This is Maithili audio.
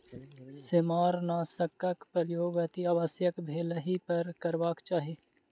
सेमारनाशकक प्रयोग अतिआवश्यक भेलहि पर करबाक चाही